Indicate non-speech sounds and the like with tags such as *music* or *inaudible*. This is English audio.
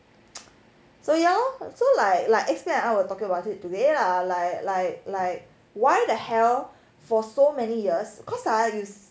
*noise* so ya lor so like like X_P I we're talking about it today lah like like like why the hell for so many years cause ah you